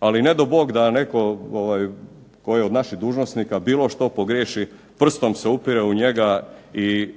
ali nedo Bog da netko tko je od naših dužnosnika bilo što pogriješi prstom se upire u njega i